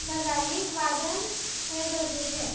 गजालीक वादन हें गरजेचें